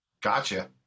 Gotcha